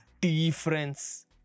difference